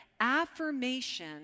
Affirmation